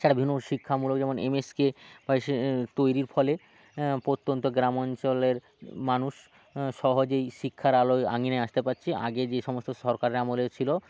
এছাড়া বিভিন্ন শিক্ষামূলক যেমন এমএসকে বা সে তৈরির ফলে প্রত্যন্ত গ্রাম অঞ্চলের মানুষ সহজেই শিক্ষার আলোর আঙিনায় আসতে পাচ্ছে আগে যে সমস্ত সরকারের আমলে ছিল